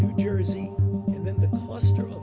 jersey and then the cluster of.